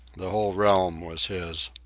the whole realm was his.